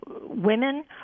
women